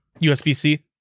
USB-C